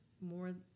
more